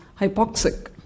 hypoxic